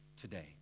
today